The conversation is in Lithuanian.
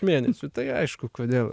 mėnesių tai aišku kodėl